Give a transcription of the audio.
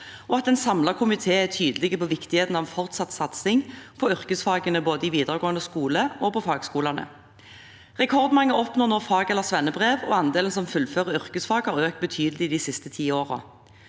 og at en samlet komité er tydelig på viktigheten av fortsatt satsing på yrkesfagene både i videregående skole og på fagskolene. Rekordmange oppnår nå fag- eller svennebrev, og andelen som fullfører yrkesfag, har økt betydelig de siste ti årene.